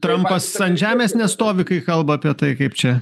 trampas ant žemės nestovi kai kalba apie tai kaip čia